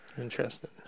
Interesting